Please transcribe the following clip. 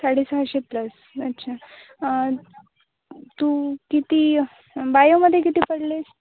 साडेसहाशे प्लस अच्छा तू किती बायोमध्ये किती पडले